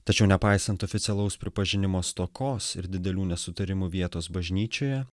tačiau nepaisant oficialaus pripažinimo stokos ir didelių nesutarimų vietos bažnyčioje